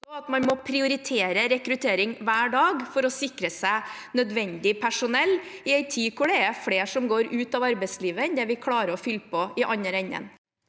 man må prioritere rekruttering hver dag for å sikre seg nødvendig personell, i en tid hvor det er flere som går ut av arbeidslivet enn det vi klarer å fylle på i andre enden.